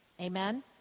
amen